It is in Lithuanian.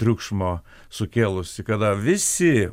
triukšmo sukėlusi kada visi